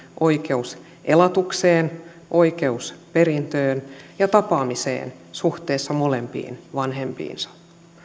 oikeus elatukseen oikeus perintöön ja tapaamiseen suhteessa molempiin vanhempiinsa